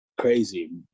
crazy